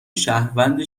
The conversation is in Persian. شهروند